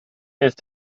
ist